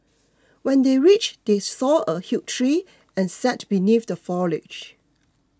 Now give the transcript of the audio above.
when they reached they saw a huge tree and sat beneath the foliage